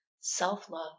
self-love